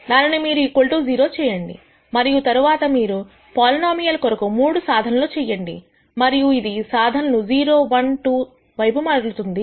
దానిని మీరు 0 చేయండి మరియు తరువాత మీరు పోలినోమియల్ కొరకు మూడు సాధనలను చేయండి మరియు ఇది సాధనలు 0 1 2 వైపు మరలుతుంది